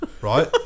right